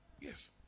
Yes